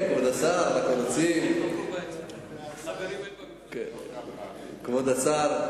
היושב-ראש, כבוד השר,